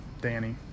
Danny